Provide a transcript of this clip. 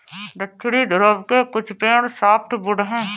दक्षिणी ध्रुव के कुछ पेड़ सॉफ्टवुड हैं